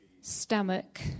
Stomach